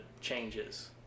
changes